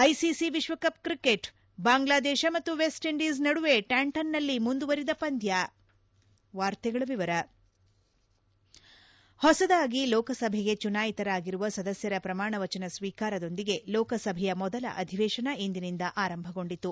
ICC ವಿಶ್ವಕಪ್ cricket Bangladesh ಮತ್ತು West Indies ನಡುವೆ ಟ್ಯಾಂಟನ್ನಲ್ಲಿ ಮುಂದುವರೆದ ಪಂದ್ಯ ಹೊಸದಾಗಿ ಲೋಕಸಭೆಗೆ ಚುನಾಯಿತರಾಗಿರುವ ಸದಸ್ಯರ ಪ್ರಮಾಣವಚನ ಸ್ವೀಕಾರದೊಂದಿಗೆ ಲೋಕಸಭೆಯ ಮೊದಲ ಅಧಿವೇಶನ ಇಂದಿನಿಂದ ಆರಂಭಗೊಂಡಿತು